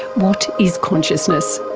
what is consciousness?